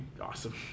awesome